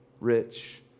rich